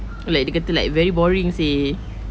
like dia kata like very boring seh